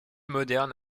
moderne